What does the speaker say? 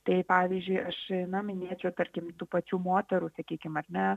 tai pavyzdžiui aš na minėčiau tarkim tų pačių moterų sakykim ar ne